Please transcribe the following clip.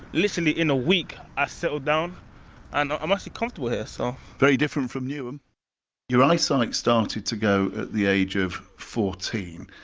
literally in a week i settled down and i'm actually comfortable here so very different from newham your eyesight like started to go at the age of fourteen.